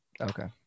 Okay